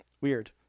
Weird